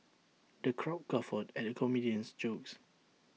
the crowd guffawed at comedian's jokes